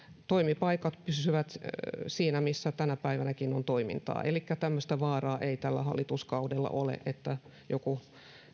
toimipaikat pysyvät siinä missä tänä päivänäkin on toimintaa elikkä tämmöistä vaaraa ei tällä hallituskaudella ole että joku